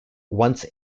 once